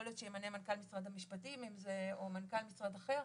יכול להיות שימנה מנכ"ל משרד המשפטים או מנכ"ל משרד אחר,